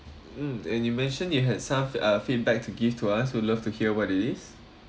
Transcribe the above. mm and you mentioned you had some uh feedback to give to us would love to hear what it is